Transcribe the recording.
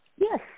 Yes